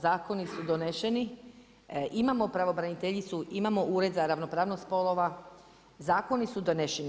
Zakoni su doneseni, imamo pravobraniteljicu, imamo ured za ravnopravnost spolova, zakoni su doneseni.